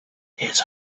his